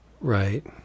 Right